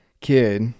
kid